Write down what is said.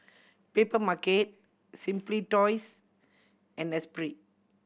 Papermarket Simply Toys and Esprit